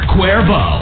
Cuervo